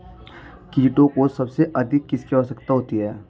कीटों को सबसे अधिक किसकी आवश्यकता होती है?